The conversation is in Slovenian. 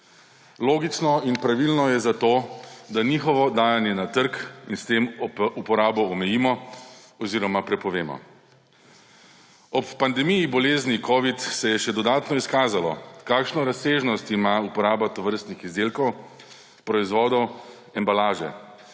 Logično in pravilno je zato, da njihovo oddajanje na trg in s tem uporabo omejimo oziroma prepovemo. Ob pandemiji bolezni covid se je še dodatno izkazalo, kakšno razsežnost ima uporaba tovrstnih izdelkov, proizvodov, embalaže;